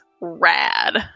rad